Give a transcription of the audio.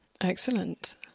Excellent